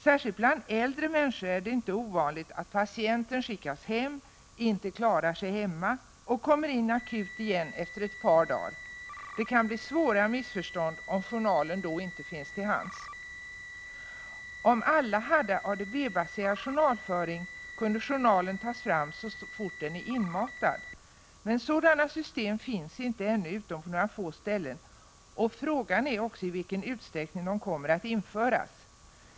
Särskilt bland äldre människor är det inte ovanligt att patienten skickas hem, inte klarar sig hemma och kommer in akut igen efter ett par dagar. Det kan bli svåra missförstånd om journalen då inte finns till hands. Om alla hade ADB-baserad journalföring kunde journalen tas fram så snart den är inmatad. Men sådana system finns inte ännu, utom på några få ställen, och frågan är också i vilken utsträckning de kommer att införas.